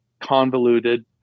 convoluted